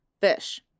fish